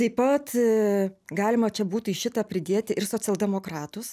taip pat galima čia būtų į šitą pridėti ir socialdemokratus